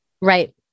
Right